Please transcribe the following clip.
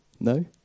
No